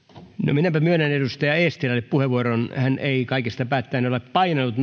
minäpä myönnän edustaja eestilälle puheenvuoron hän ei kaikesta päättäen ole painanut